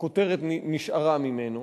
הכותרת נשארה ממנו,